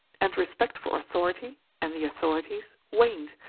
and respect for authority and the authorities waned,